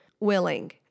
willing